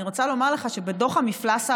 אני רוצה לומר לך שבדוח המפלס האחרון,